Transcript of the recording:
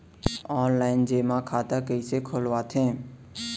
Online जेमा खाता कइसे खोलवाथे?